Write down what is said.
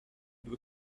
due